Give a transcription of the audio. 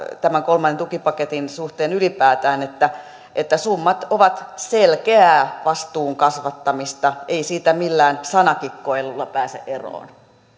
tämän kolmannen tukipaketin suhteen ylipäätään summat ovat selkeää vastuun kasvattamista ei siitä millään sanakikkailulla pääse eroon